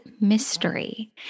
mystery